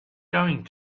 going